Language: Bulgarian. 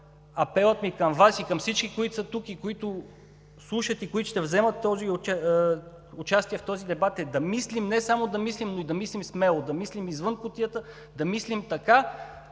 апелът ми към Вас и към всички, които са тук, които слушат и които ще вземат участие в този дебат, е да мислим, но не само да мислим, а да мислим смело, да мислим извън кутията, да мислим така,